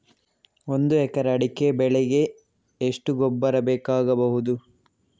ಒಂದು ಎಕರೆ ಅಡಿಕೆ ಬೆಳೆಗೆ ಎಷ್ಟು ಗೊಬ್ಬರ ಬೇಕಾಗಬಹುದು?